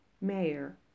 Mayor